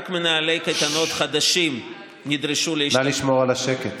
רק מנהלי קייטנות חדשים נדרשו, נא לשמור על השקט.